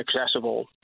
accessible